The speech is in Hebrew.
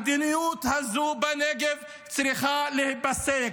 המדיניות הזו בנגב צריכה להיפסק.